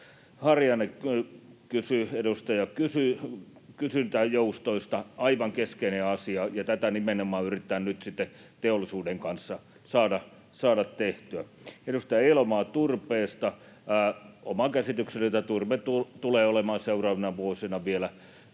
Harjanne kysyi kysyntäjoustoista: aivan keskeinen asia, ja tätä nimenomaan yritetään nyt teollisuuden kanssa saada tehtyä. Edustaja Elomaa kysyi turpeesta: Oma käsitykseni on, että turve tulee olemaan seuraavina vuosina vielä